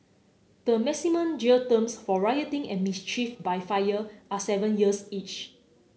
the maximum jail terms for rioting and mischief by fire are seven years each